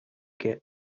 get